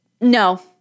No